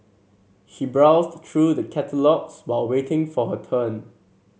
she browsed through the catalogues while waiting for her turn